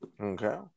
Okay